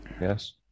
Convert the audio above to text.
yes